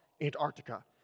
Antarctica